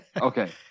Okay